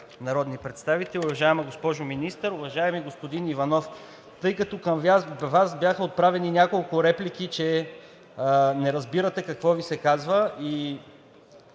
народни представители, уважаема госпожо Министър! Уважаеми господин Иванов, тъй като към Вас бяха отправени няколко реплики, че не разбирате какво Ви се казва,